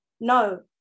No